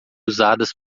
usadas